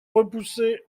repoussé